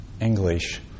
English